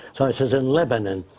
so i said in lebanon.